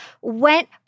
went